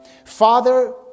Father